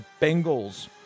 Bengals –